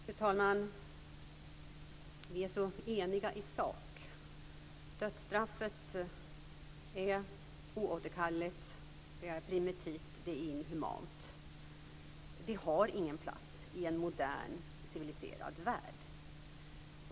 Fru talman! Vi är väldigt eniga i sak. Dödsstraffet är oåterkalleligt, det är primitivt och det är inhumant. Det har ingen plats i en modern, civiliserad värld.